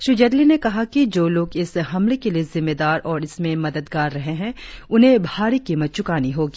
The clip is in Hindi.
श्री जेटली ने कहा कि जो लोग इस हमले के लिए जिम्मेदार और इसमें मददगार रहे हैं उन्हें भारी कीमत चुकानी होगी